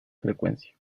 frecuencia